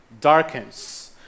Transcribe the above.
darkens